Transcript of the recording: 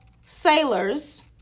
sailors